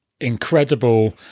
incredible